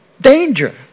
danger